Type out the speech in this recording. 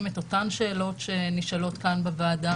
את אותן שאלות שנשאלות כאן בוועדה,